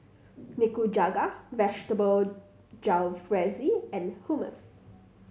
Nikujaga Vegetable Jalfrezi and Hummus